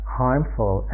harmful